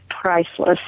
priceless